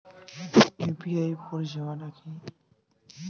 UPI পরিসেবাটা কি?